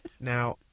Now